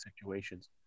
situations